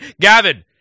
Gavin